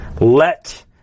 Let